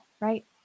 right